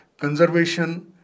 conservation